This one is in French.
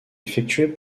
effectuée